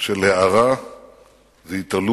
של הארה והתעלות,